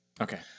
Okay